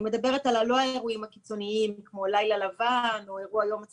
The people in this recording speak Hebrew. אבל אני מבקש לשאול: לדעתי הסבירות היא תלויה בנסיבות.